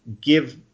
give